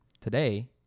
today